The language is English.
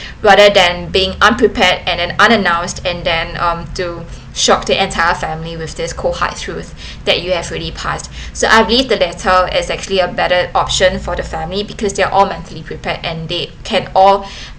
rather than being unprepared and an unannounced and then um to shock the entire family with this cold heart truth that you have already passed so I believe the is actually a better option for the family because they're all mentally prepared and they can all